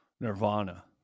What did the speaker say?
Nirvana